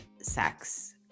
sex